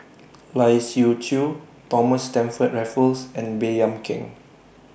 Lai Siu Chiu Thomas Stamford Raffles and Baey Yam Keng